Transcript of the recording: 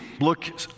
look